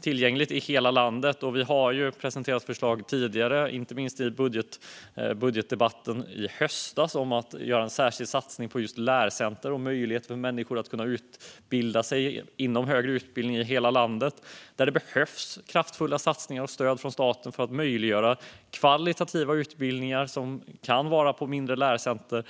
tillgänglig i hela landet. Vi har presenterat förslag tidigare, inte minst i budgetdebatten i höstas, om att göra en särskild satsning på lärcenter och möjligheter för människor till högre utbildning i hela landet. Det behövs kraftfulla satsningar och stöd från staten för att möjliggöra högkvalitativa utbildningar, till exempel på mindre lärcenter.